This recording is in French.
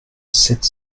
sept